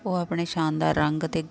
ਉਹ ਆਪਣੇ ਸ਼ਾਨਦਾਰ ਰੰਗ ਅਤੇ